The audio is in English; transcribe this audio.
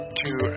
two